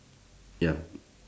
ya